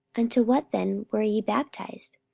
unto what then were ye baptized?